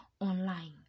online